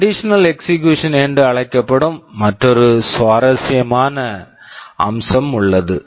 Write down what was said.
conditional execution conditional execution என்று அழைக்கப்படும் மற்றொரு சுவாரஸ்யமான அம்சம் உள்ளது